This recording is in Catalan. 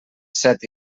set